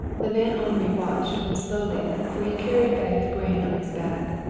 the man henri watched went slowly, for he carried a bag of grain on his back.